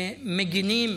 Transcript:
מגינים